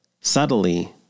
subtly